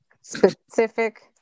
specific